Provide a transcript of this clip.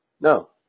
No